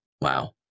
Wow